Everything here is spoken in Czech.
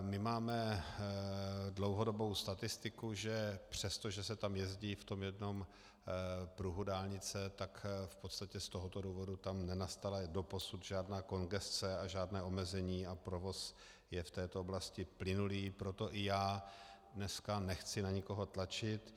My máme dlouhodobou statistiku, že přestože se tam jezdí v jednom pruhu dálnice, tak v podstatě z tohoto důvodu tam nenastala doposud žádná kongesce a žádné omezení a provoz je v této oblasti plynulý, proto i já dneska nechci na nikoho tlačit.